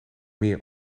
meer